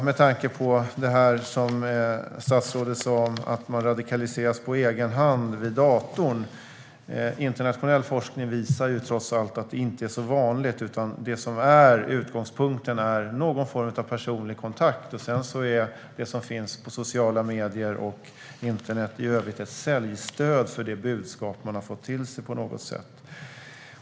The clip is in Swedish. Med tanke på det som statsrådet sa om att människor radikaliseras på egen hand vid datorn visar internationell forskning att det trots allt inte är så vanligt. Utgångspunkten är någon form av personlig kontakt. Sedan är det som finns på sociala medier och internet i övrigt ett säljstöd för det budskap de har fått till sig på något sätt.